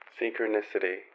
Synchronicity